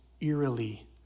eerily